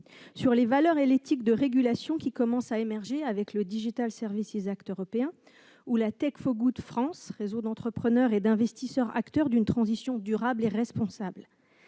sur les valeurs et l'éthique de régulation qui commencent à émerger avec le européen ou Tech for Good France, réseau d'entrepreneurs et d'investisseurs acteurs d'une transition durable et responsable.